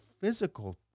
physical